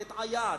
ואת עיט,